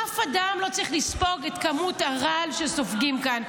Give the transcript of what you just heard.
אף אדם לא צריך לספוג את כמות הרעל שסופגים כאן.